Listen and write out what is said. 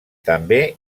també